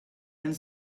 and